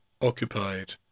occupied